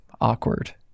awkward